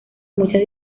muchas